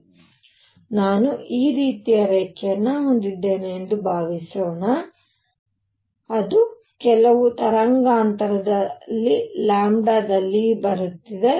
ಆದ್ದರಿಂದ ನಾನು ಈ ರೀತಿಯ ರೇಖೆಯನ್ನು ಹೊಂದಿದ್ದೇನೆ ಎಂದು ಭಾವಿಸೋಣ ಅದು ಕೆಲವು ತರಂಗಾಂತರದ ಲ್ಯಾಂಬ್ಡಾದಲ್ಲಿ ಬರುತ್ತಿದೆ